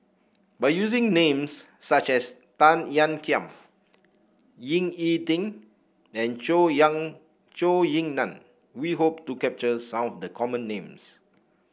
by using names such as Tan Ean Kiam Ying E Ding and Zhou Yang Zhou Ying Nan we hope to capture some of the common names